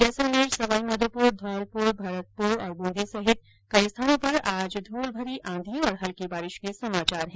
जैसलमेर सवाईमाधोप्रधौलपुर भरतपुर तथा ब्रंदी सहित कई स्थानों पर आज धुलभरी आंधी और हल्की बारिश के समाचार है